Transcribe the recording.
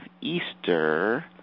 Easter